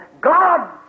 God